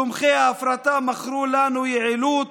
תומכי ההפרטה מכרו לנו יעילות